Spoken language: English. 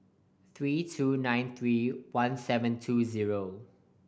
three two nine three one seven two zero